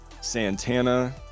Santana